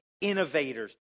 innovators